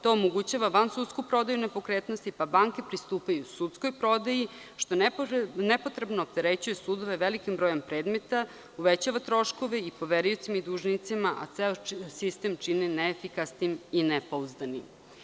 To omogućava vansudsku prodaju nepokretnosti, pa banke pristupaju sudskoj prodaji, što nepotrebno opterećuje sudove velikim brojem predmeta, uvećava troškove i poveriocima i dužnicima, a ceo sistem čine neefikasnim i nepouzdanim.